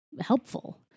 helpful